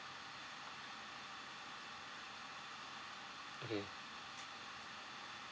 mm